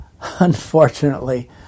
Unfortunately